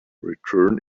return